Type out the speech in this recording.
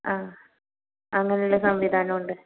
ആ അങ്ങനുള്ള സംവിധാനമുണ്ട്